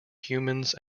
humans